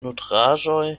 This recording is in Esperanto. nutraĵoj